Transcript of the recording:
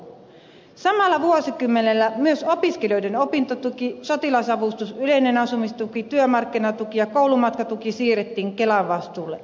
samalla vuosikymmenellä myös opiskelijoiden opintotuki sotilasavustus yleinen asumistuki työmarkkinatuki ja koulumatkatuki siirrettiin kelan vastuulle